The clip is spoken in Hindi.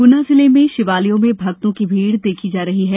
गुना जिले में शिवालयों में भक्तों की भीड़ देखी जा रही है